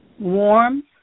warm